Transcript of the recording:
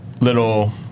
little